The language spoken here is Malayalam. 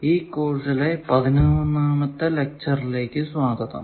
ഈ കോഴ്സിലെ പതിനൊന്നാമത്തെ ലെക്ച്ചറിലേക്ക് സ്വാഗതം